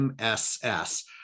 MSS